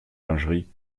lingerie